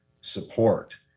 support